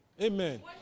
Amen